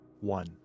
one